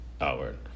Outward